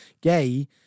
gay